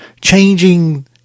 changing